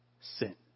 sin